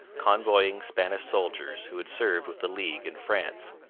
convoying spanish soldiers who had served with the league in france.